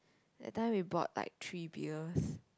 that time we bought like three beers